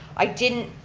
i didn't,